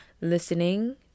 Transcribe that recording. listening